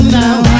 now